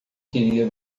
queria